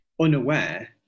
unaware